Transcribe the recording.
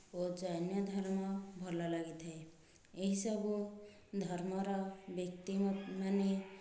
ଓ ଜୈନ ଧର୍ମ ଭଲ ଲାଗିଥାଏ ଏହିସବୁ ଧର୍ମର ବ୍ୟକ୍ତିମାନେ